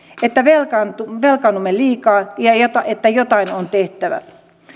että velkaannumme liikaa ja jotain on tehtävä